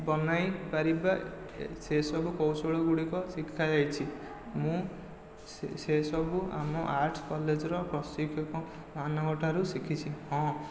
ବନାଇ ପାରିବା ଏ ସେସବୁ କୌଶଳ ଗୁଡ଼ିକ ଶିଖା ଯାଇଛି ମୁଁ ସେସବୁ ଆମ ଆର୍ଟ କଲେଜର ପ୍ରଶିକ୍ଷିକ ମାନଙ୍କଠାରୁ ଶିଖିଛି ହଁ